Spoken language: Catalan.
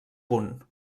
punt